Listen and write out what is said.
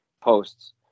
posts